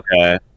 okay